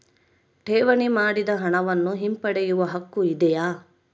ಠೇವಣಿ ಮಾಡಿದ ಹಣವನ್ನು ಹಿಂಪಡೆಯವ ಹಕ್ಕು ಇದೆಯಾ?